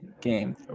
game